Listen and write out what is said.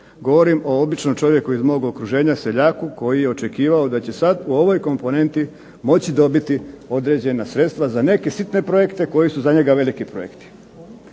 Govorim o običnom čovjeku iz mog okruženja seljaku koji je očekivao da će sada u ovoj komponenti moći dobiti određena sredstva za neke sitne projekte koji su za njega veliki projekti.